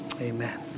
amen